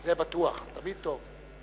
זה בטוח, תמיד טוב.